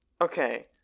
Okay